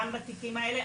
גם בתיקים האלה,